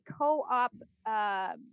co-op